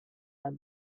had